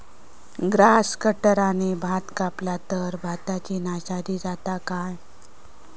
Grass कटराने भात कपला तर भाताची नाशादी जाता काय?